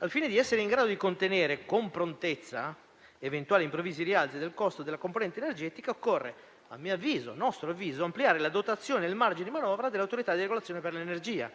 Al fine di essere in grado di contenere con prontezza eventuali e improvvisi rialzi del costo della componente energetica, occorre, a mio e a nostro avviso, ampliare la dotazione del margine di manovra dell'Autorità di regolazione per energia,